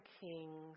Kings